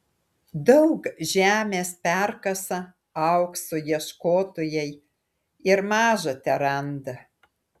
daug žemės perkasa aukso ieškotojai ir maža teranda